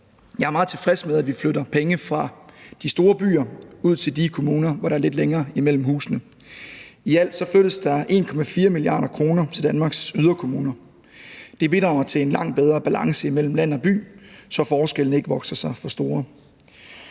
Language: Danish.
Jeg er meget tilfreds med, at vi flytter penge fra de store byer og ud til de kommuner, hvor der er lidt længere mellem husene. I alt flyttes der 1,4 mia. kr. til Danmarks yderkommuner. Det bidrager til en langt bedre balance mellem land og by, så forskellene ikke vokser sig for store.